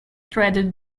threaded